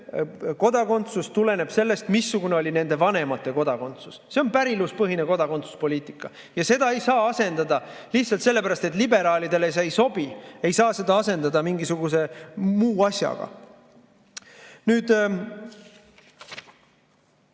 kodakondsus tuleneb sellest, missugune oli nende vanemate kodakondsus. See on päriluspõhine kodakondsuspoliitika ja seda ei saa asendada. Lihtsalt sellepärast, et liberaalidele see ei sobi, ei saa seda asendada mingisuguse muu asjaga. Veel